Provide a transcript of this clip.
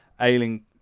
ailing